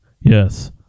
Yes